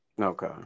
Okay